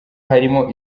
harimo